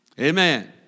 Amen